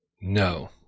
No